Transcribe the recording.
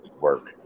work